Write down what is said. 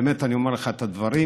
אני אומר לך את הדברים,